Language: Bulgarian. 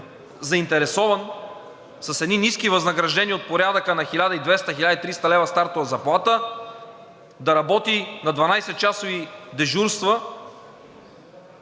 заинтересован с едни ниски възнаграждения от порядъка на 1200 –1300 лв. стартова заплата да работи на 12-часови дежурства,